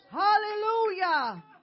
hallelujah